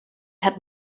had